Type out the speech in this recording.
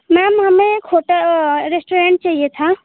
ma'am हमें एक hot restaurant चाहिए था